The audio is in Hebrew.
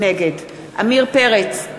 נגד עמיר פרץ,